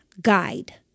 guide